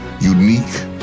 unique